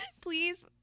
Please